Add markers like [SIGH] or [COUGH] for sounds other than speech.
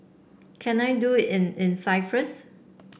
can I do in in [UNINTELLIGIBLE]